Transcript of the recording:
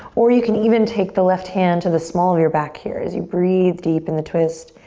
or you can even take the left hand to the small of your back here. as you breathe deep in the twist,